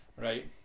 right